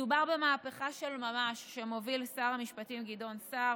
מדובר במהפכה של ממש שמוביל שר המשפטים גדעון סער.